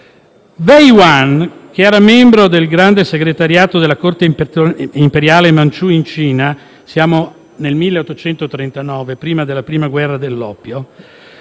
Wei Yuan, membro del Grande segretariato della corte imperiale manciù in Cina - siamo nel 1839, prima della Prima guerra dell'oppio